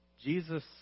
Jesus